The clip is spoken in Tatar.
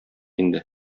инде